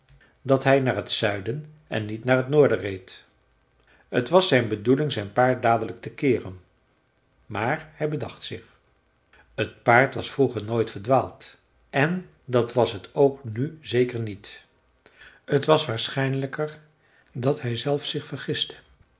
dat hij naar t zuiden en niet naar het noorden reed t was zijn bedoeling zijn paard dadelijk te keeren maar hij bedacht zich t paard was vroeger nooit verdwaald en dat was het ook nu zeker niet t was waarschijnlijker dat hij zelf zich